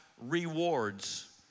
rewards